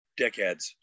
dickheads